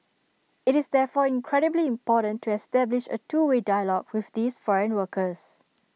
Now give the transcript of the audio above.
IT is therefore incredibly important to establish A two way dialogue with these foreign workers